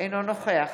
אינו נוכח